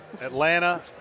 Atlanta